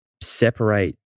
separate